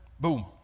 boom